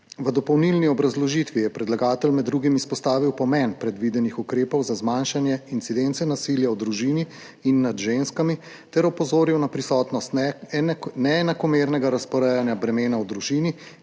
V dopolnilni obrazložitvi je predlagatelj med drugim izpostavil pomen predvidenih ukrepov za zmanjšanje incidence nasilja v družini in nad ženskami ter opozoril na prisotnost neenakomernega razporejanja bremena v družini